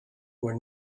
were